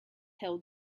held